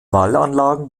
wallanlagen